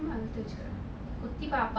சும்மா அதுக்காக:summa athukaaga